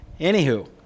Anywho